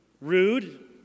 rude